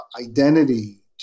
identity